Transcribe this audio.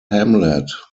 hamlet